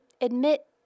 admit